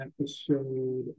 episode